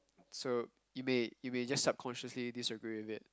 so it may it may just subconsciously disagree with it